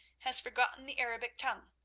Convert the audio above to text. has forgotten the arabic tongue,